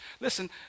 listen